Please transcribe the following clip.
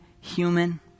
human